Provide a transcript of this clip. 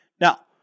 Now